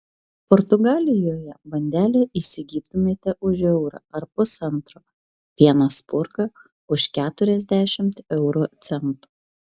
portugalijoje bandelę įsigytumėte už eurą ar pusantro vieną spurgą už keturiasdešimt euro centų